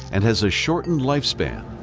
and has a shortened lifespan.